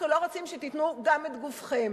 אנחנו לא רוצים שתיתנו גם את גופכם.